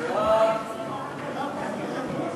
1 10 נתקבלו.